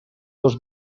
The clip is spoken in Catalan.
dos